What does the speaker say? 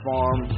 Farm